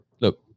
look